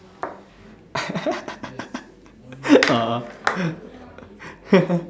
ah